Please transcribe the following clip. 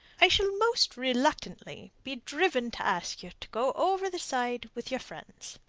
i shall most reluctantly be driven to ask you to go over the side with your friends.